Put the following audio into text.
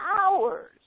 hours